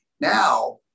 now